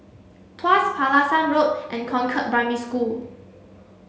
Tuas Pulasan Road and Concord Primary School